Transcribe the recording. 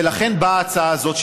ולכן באה ההצעה הזאת,